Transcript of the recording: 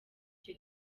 icyo